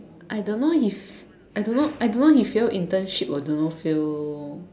I don't know he's I don't know I don't know if he fail internship or don't know fail